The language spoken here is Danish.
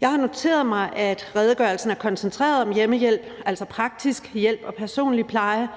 Jeg har noteret mig, at redegørelsen er koncentreret om hjemmehjælp, altså praktisk hjælp og personlig pleje,